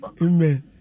Amen